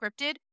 scripted